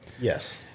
Yes